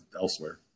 elsewhere